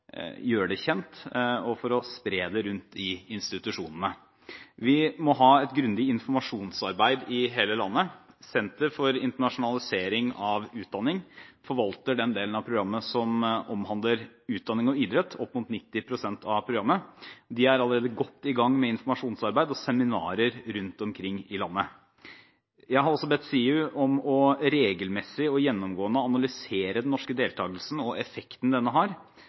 det kjent og for å spre informasjon om det rundt i institusjonene. Vi må ha et grundig informasjonsarbeid i hele landet. Senter for internasjonalisering av utdanning forvalter den delen av programmet som omhandler utdanning og idrett – opp mot 90 pst. av programmet. De er allerede godt i gang med informasjonsarbeid og seminarer rundt omkring i landet. Jeg har også bedt Siv Jensen om regelmessig og gjennomgående å analysere den norske deltagelsen og effekten denne har,